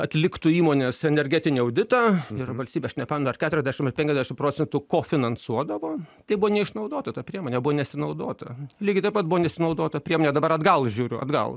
atliktų įmonės energetinį auditą ir valstybė aš nepamenu ar keturiasdešim ar penkiasdešim procentų kofinansuodavo tai buvo neišnaudota ta priemonė buvo nesinaudota lygiai taip pat buvo nesinaudota priemonė dabar atgal žiūriu atgal